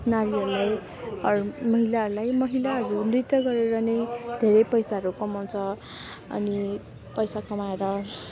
नारीहरूलाई अर महिलाहरूलाई महिलाहरू नृत्य गरेर नै धेरै पैसाहरू कमाउँछ अनि पैसा कमाएर